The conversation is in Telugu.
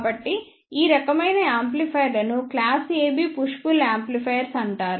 కాబట్టి ఈ రకమైన యాంప్లిఫైయర్లను class AB push pull amplifiers అంటారు